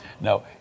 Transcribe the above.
no